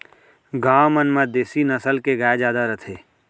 गॉँव मन म देसी नसल के गाय जादा रथे